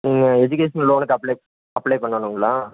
education லோனுக்கு apply apply பண்ணனுங்களா